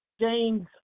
James